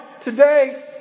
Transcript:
today